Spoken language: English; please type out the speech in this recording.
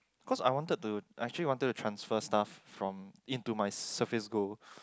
cause I wanted to actually wanted to transfer stuff from into my Surface Gold